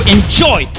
enjoy